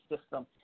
system